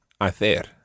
hacer